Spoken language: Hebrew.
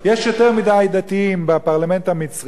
יש יותר מדי דתיים בפרלמנט המצרי,